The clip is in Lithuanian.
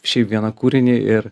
šiaip vieną kūrinį ir